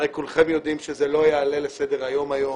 הרי כולכם יודעים שזה לא יעלה לסדר-היום היום,